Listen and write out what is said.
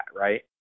right